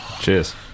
Cheers